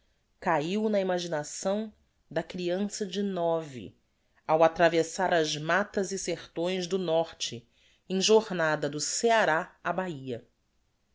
cahio na imaginação da criança de nove ao atravessar as matas e sertões do norte em jornada do ceará á bahia